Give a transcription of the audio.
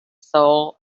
soul